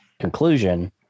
conclusion